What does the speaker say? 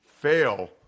fail